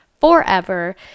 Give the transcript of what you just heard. forever